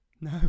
No